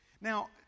Now